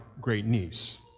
great-niece